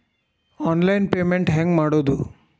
Online payment ಹೆಂಗ್ ಮಾಡೋದು?